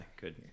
good